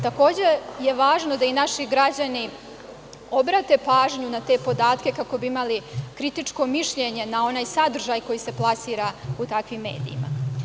Takođe je važno da i naši građani obrate pažnju na te podatke, kako bi imali kritičko mišljenje na onaj sadržaj koji se plasira u datim medijima.